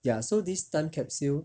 ya so this time capsule